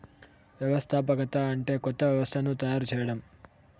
వ్యవస్థాపకత అంటే కొత్త వ్యవస్థను తయారు చేయడం